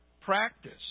practice